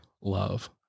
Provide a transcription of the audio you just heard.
love